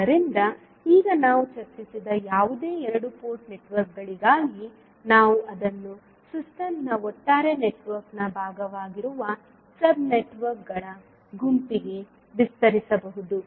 ಆದ್ದರಿಂದ ಈಗ ನಾವು ಚರ್ಚಿಸಿದ ಯಾವುದೇ ಎರಡು ಪೋರ್ಟ್ ನೆಟ್ವರ್ಕ್ಗಳಿಗಾಗಿ ನಾವು ಅದನ್ನು ಸಿಸ್ಟಮ್ನ ಒಟ್ಟಾರೆ ನೆಟ್ವರ್ಕ್ನ ಭಾಗವಾಗಿರುವ ಸಬ್ ನೆಟ್ವರ್ಕ್ಗಳ ಗುಂಪಿಗೆ ವಿಸ್ತರಿಸಬಹುದು